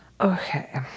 Okay